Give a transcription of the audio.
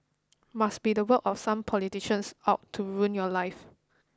must be the work of some politicians out to ruin your life